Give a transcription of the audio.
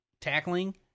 tackling